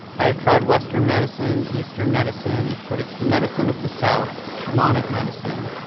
i have tried western medicine, eastern medicine, but it's the medicine of the south, shamanic medicine,